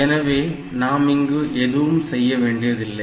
எனவே நாம் இங்கு எதுவும் செய்யவேண்டியதில்லை